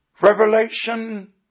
Revelation